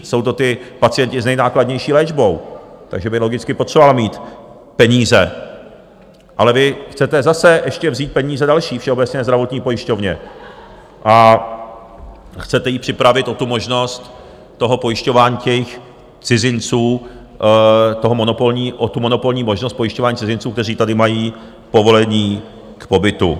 Jsou to ti pacienti s nejnákladnější léčbou, takže by logicky potřebovala mít peníze, ale vy chcete zase ještě vzít peníze další Všeobecné zdravotní pojišťovně a chcete ji připravit o tu možnost pojišťování cizinců, o tu monopolní možnost pojišťování cizinců, kteří tady mají povolení k pobytu.